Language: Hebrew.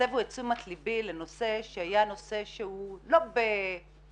הסבו את תשומת לבי לנושא שהיה נושא שהוא לא במרכז